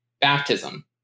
Baptism